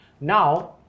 Now